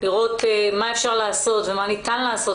לראות מה אפשר לעשות ומה ניתן לעשות,